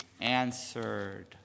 answered